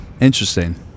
Interesting